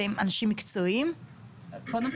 סליחה,